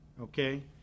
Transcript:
okay